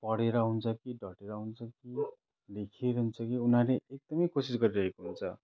पढेर हुन्छ कि डटेर हुन्छ कि लेखेर हुन्छ कि उनीहरूले एकदमै कोसिस गरिरहेको हुन्छ